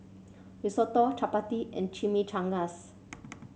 Risotto Chapati and Chimichangas